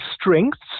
strengths